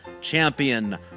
Champion